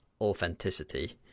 authenticity